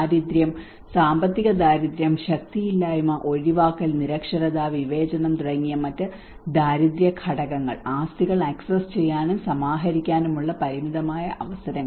ദാരിദ്ര്യം സാമ്പത്തിക ദാരിദ്ര്യം ശക്തിയില്ലായ്മ ഒഴിവാക്കൽ നിരക്ഷരത വിവേചനം തുടങ്ങിയ മറ്റ് ദാരിദ്ര്യ ഘടകങ്ങൾ ആസ്തികൾ ആക്സസ് ചെയ്യാനും സമാഹരിക്കാനുമുള്ള പരിമിതമായ അവസരങ്ങൾ